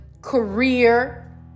career